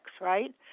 right